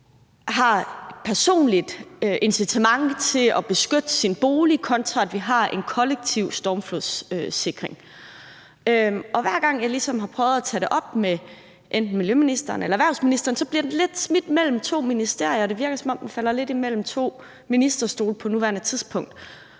har et personligt incitament til at beskytte sin bolig, kontra at vi har en kollektiv stormflodssikring. Og hver gang jeg ligesom har prøvet at tage det op med enten miljøministeren eller erhvervsministeren, bliver den lidt smidt mellem to ministerier, og det virker, som om den falder lidt imellem to ministerstole på nuværende tidspunkt.